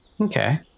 Okay